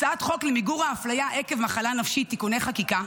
הצעת חוק למיגור האפליה עקב מחלה נפשית (תיקוני חקיקה),